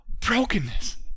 brokenness